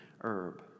herb